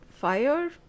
fire